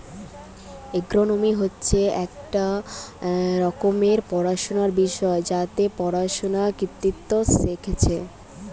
agronomy হচ্ছে একটা রকমের পড়াশুনার বিষয় যাতে পড়ুয়ারা কৃষিতত্ত্ব শিখছে